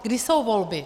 Kdy jsou volby?